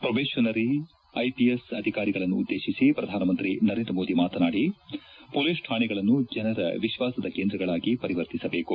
probationary IPS ಅಧಿಕಾರಿಗಳನ್ನು ಉದ್ಲೇಶಿಸಿ ಪ್ರಧಾನಮಂತ್ರಿ ನರೇಂದ್ರಮೋದಿ ಮಾತನಾಡಿ ಪೊಲೀಸ್ ಕಾಣೆಗಳನ್ನು ಜನರ ವಿಶ್ವಾಸದ ಕೇಂದ್ರಗಳಾಗಿ ಪರಿವರ್ತಿಸಬೇಕು